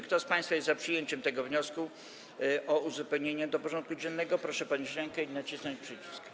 Kto z państwa jest za przyjęciem tego wniosku o uzupełnienie porządku dziennego, proszę podnieść rękę i nacisnąć przycisk.